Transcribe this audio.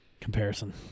Comparison